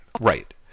Right